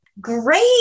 Great